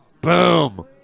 Boom